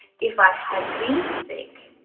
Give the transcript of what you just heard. if i had been sick,